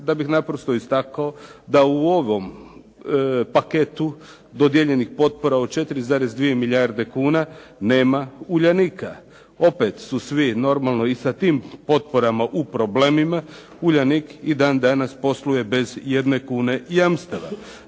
Da bih naprosto istakao da u ovom paketu dodijeljenih potpora od 4,2 milijarde kuna nema "Uljanika". Opet su svi normalno i sa tim potporama u problemima, "Uljanik" i dan danas posluje bez jedne kune jamstava.